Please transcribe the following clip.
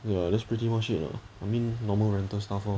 ya that's pretty much it lah I mean normal rental stuff lor